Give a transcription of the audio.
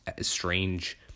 strange